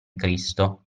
cristo